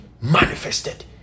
manifested